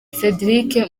cédric